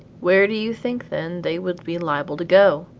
where do you think, then, they would be liable to go?